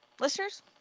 Listeners